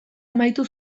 amaitu